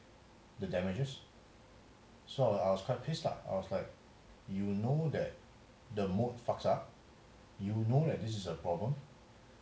the damages so I was quite pissed up I was like you know that the mood fucks up you know that this is a problem